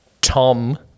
Tom